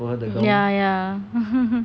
ya ya